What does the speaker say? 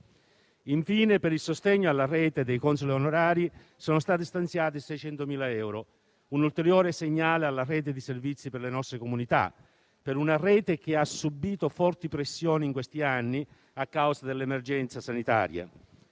Infine, per il sostegno alla rete dei consoli onorari, sono stati stanziati 600.000 euro, un ulteriore segnale alla rete di servizi per le nostre comunità, che ha subito forti pressioni in questi anni a causa dell'emergenza sanitaria.